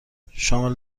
شامل